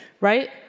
right